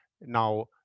Now